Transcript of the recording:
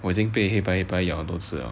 我已经被黑白黑白咬很多次了